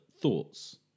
thoughts